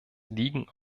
liegen